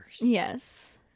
Yes